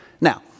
Now